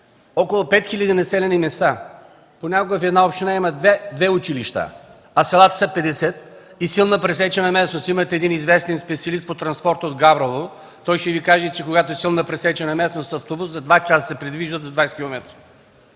около 5 хил. населени места. Понякога в една община има две училища, а селата са 50, и силна пресечена местност. Има един известен специалист по транспорт от Габрово. Той ще Ви каже, че когато е силно пресечена местност автобус за 2 часа се придвижва до 20 км,